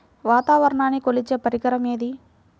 వాతావరణాన్ని కొలిచే పరికరం ఏది?